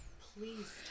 please